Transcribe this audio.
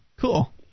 Cool